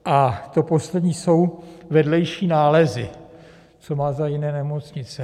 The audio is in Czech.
A to poslední jsou vedlejší nálezy, co má za jiné nemoci.